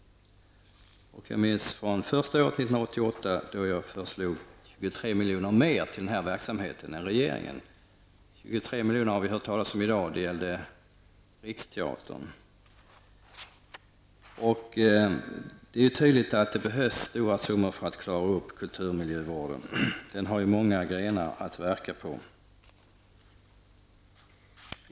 År 1988 föreslog jag 23 miljoner mer till den här verksamheten än vad regeringen föreslog. 23 miljoner har vi även hört talas om i dag, och det gällde det Riksteatern. Det är tydligt att det behövs stora summor för att klara upp kulturmiljövården. Den har många grenar att verka på.